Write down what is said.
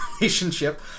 relationship